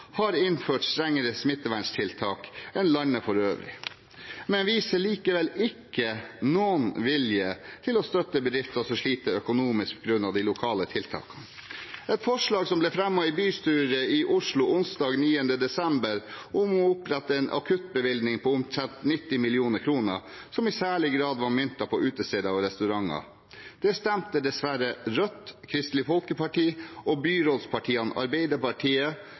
har innført strengere smittevernstiltak enn landet for øvrig, men viser likevel ikke noen vilje til å støtte bedrifter som sliter økonomisk på grunn av de lokale tiltakene. Et forslag som ble fremmet i bystyret i Oslo onsdag 9. desember om å opprette en akuttbevilgning på omtrent 90 mill. kr, som i særlig grad var myntet på utesteder og restauranter, stemte dessverre Rødt, Kristelig Folkeparti og byrådspartiene Arbeiderpartiet,